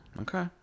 Okay